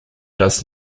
does